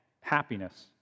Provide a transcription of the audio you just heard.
happiness